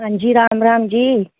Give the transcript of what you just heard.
ਹਾਂਜੀ ਰਾਮ ਰਾਮ ਜੀ